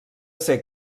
ser